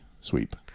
sweep